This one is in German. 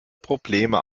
probleme